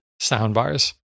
soundbars